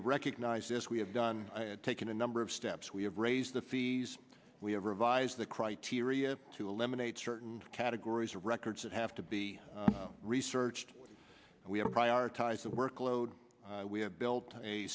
have recognized this we have done taken a number of steps we have raised the fees we have revised the criteria to eliminate certain categories of records that have to be researched we have prioritized the workload we have built a